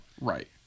Right